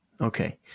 Okay